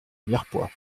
mirepoix